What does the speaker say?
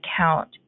account